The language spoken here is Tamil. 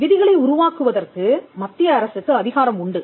விதிகளை உருவாக்குவதற்கு மத்திய அரசுக்கு அதிகாரம் உண்டு